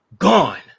gone